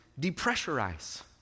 Depressurize